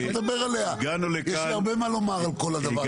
יש לי הרבה מה לומר על כל הדבר הזה,